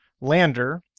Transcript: lander